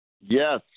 Yes